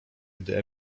gdy